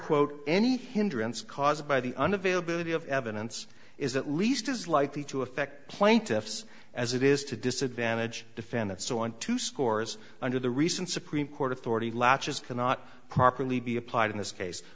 quote any hindrance caused by the un availability of evidence is at least as likely to affect plaintiffs as it is to disadvantage defendant so on two scores under the recent supreme court authority latches cannot properly be applied in this case